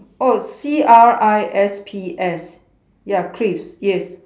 oh C R I S P S ya crisps yes